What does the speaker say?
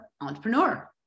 entrepreneur